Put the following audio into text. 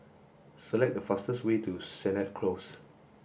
select the fastest way to Sennett Close